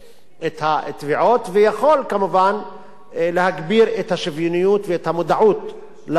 ויכול כמובן להגביר את השוויוניות ואת המודעות לשוויוניות במקום העבודה.